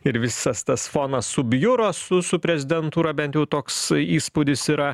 ir visas tas fonas subjuro su su prezidentūra bent jau toks įspūdis yra